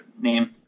name